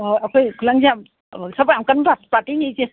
ꯑꯍꯣꯏ ꯑꯩꯈꯣꯏ ꯈꯨꯠꯂꯪꯁꯦ ꯌꯥꯝ ꯊꯕꯛ ꯌꯥꯝ ꯀꯟꯕ ꯄꯥꯔꯇꯤꯅꯤ ꯏꯆꯦ